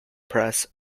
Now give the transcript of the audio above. press